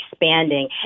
expanding